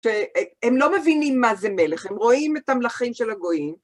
שהם לא מבינים מה זה מלך, הם רואים את המלכים של הגויים.